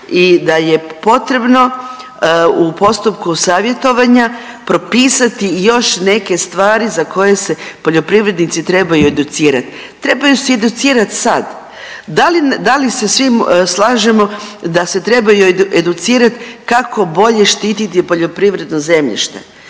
i da je potrebno u postupku savjetovanja propisati još neke stvari za koje se poljoprivrednici trebaju educirati. Trebaju se educirati sad. Da li se svi slažemo da se trebaju educirati kako bolje štititi poljoprivredno zemljište,